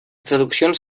traduccions